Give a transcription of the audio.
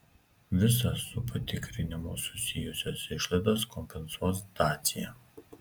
visas su patikrinimu susijusias išlaidas kompensuos dacia